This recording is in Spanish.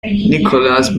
nicholas